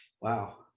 wow